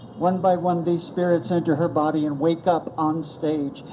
one by one, these spirits enter her body and wake up on stage.